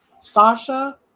Sasha